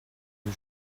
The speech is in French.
les